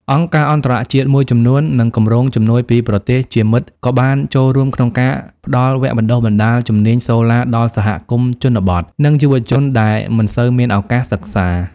អង្គការអន្តរជាតិមួយចំនួន និងគម្រោងជំនួយពីប្រទេសជាមិត្តក៏បានចូលរួមក្នុងការផ្តល់វគ្គបណ្តុះបណ្តាលជំនាញសូឡាដល់សហគមន៍ជនបទ និងយុវជនដែលមិនសូវមានឱកាសសិក្សា។